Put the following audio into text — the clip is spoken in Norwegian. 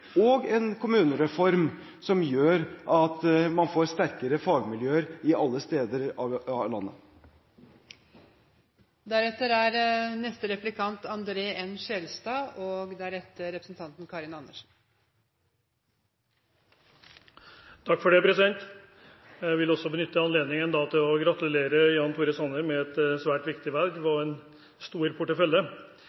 og en kommunereform som gjør at man får sterkere fagmiljøer i alle deler av landet. Også jeg vil benytte anledningen til å gratulere Jan Tore Sanner med et svært viktig verv